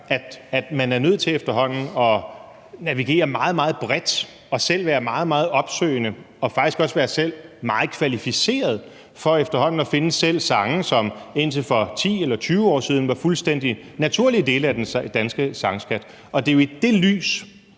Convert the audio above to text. at man er nødt til efterhånden at navigere meget, meget bredt og selv være meget, meget opsøgende og faktisk også efterhånden være meget kvalificeret for selv at finde sange, som indtil for 10 eller 20 år siden var fuldstændig naturlige dele af den danske sangskat, og det er jo i det lys,